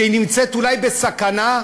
שנמצאת אולי בסכנה,